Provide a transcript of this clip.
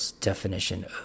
definition